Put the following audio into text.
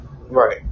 right